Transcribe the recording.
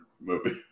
movie